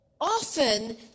Often